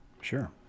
Sure